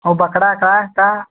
और बकरा का का